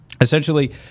Essentially